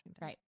Right